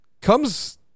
comes